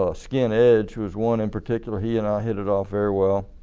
ah skin edge who was one in particular he and i hit it off very well.